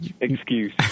excuse